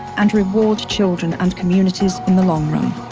and reward children and communities in the long run.